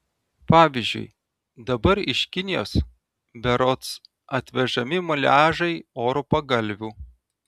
pavyzdžiui dabar iš kinijos berods atvežami muliažai oro pagalvių